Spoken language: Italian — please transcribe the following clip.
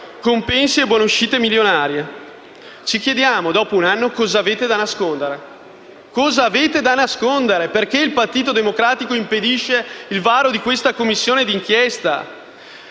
compensi e buonuscite milionarie. Ci chiediamo, dopo un anno, cosa avete da nascondere. Cosa avete da nascondere? Perché il Partito Democratico impedisce il varo di questa Commissione d'inchiesta?